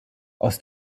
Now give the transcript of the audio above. aus